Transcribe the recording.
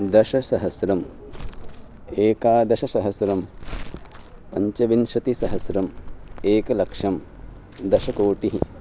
दशसहस्रम् एकादशसहस्रं पञ्चविंशतिसहस्रम् एकलक्षं दशकोटिः